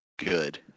Good